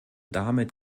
damit